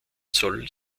soll